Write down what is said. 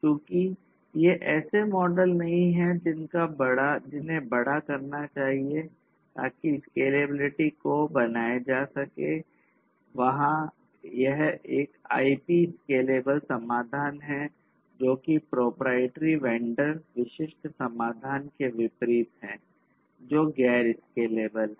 चूंकि ये ऐसे मॉडल नहीं हैं जिन्हें बड़ा करना चाहिए ताकि स्केलेबिलिटी समाधान है जोकि प्रोपराइटरी वेंडर विशिष्ट समाधान के विपरीत हैं जो गैर स्केलेबल है